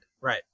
right